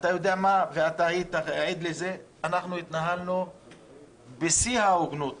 ואתה היית עד לזה, בשיא ההוגנות